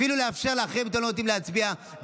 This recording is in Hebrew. אפילו לאפשר לאחרים להצביע אתם לא נותנים,